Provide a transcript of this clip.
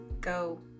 go